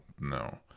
no